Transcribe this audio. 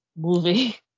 movie